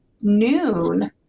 noon